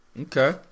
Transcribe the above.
okay